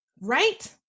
Right